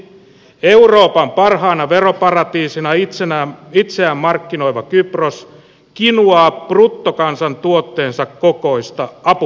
euroopan parhaana veroparatiisina itseään markkinoiva kypros kinuaa bruttokansantuotteensa kokoista apupakettia